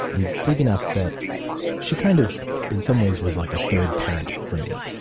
and big enough that she, kind of in some ways, was like a third parent for me.